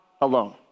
alone